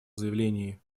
заявлении